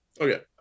okay